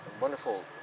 wonderful